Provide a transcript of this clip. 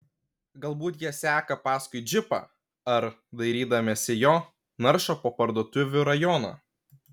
galbūt jie seka paskui džipą ar dairydamiesi jo naršo po parduotuvių rajoną